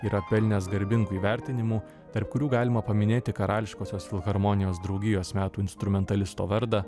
yra pelnęs garbingų įvertinimų tarp kurių galima paminėti karališkosios filharmonijos draugijos metų instrumentalisto vardą